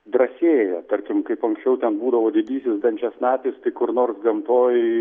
drąsėja tartum kaip anksčiau ten būdavo didysis dančiasnapis tai kur nors gamtoj